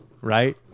right